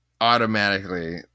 automatically